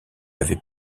avait